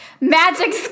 magic